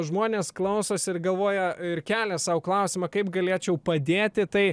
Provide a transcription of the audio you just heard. žmonės klausosi ir galvoja ir kelia sau klausimą kaip galėčiau padėti tai